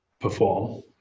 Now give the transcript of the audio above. perform